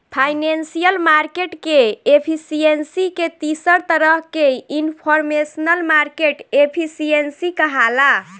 financial market के efficiency के तीसर तरह के इनफॉरमेशनल मार्केट एफिशिएंसी कहाला